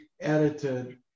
edited